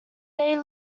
they